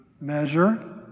Measure